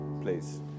please